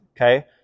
okay